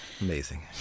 Amazing